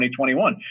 2021